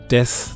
Death